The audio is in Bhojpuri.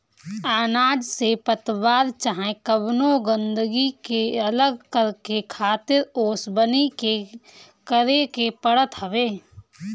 अनाज से पतवार चाहे कवनो गंदगी के अलग करके खातिर ओसवनी करे के पड़त हवे